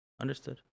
Understood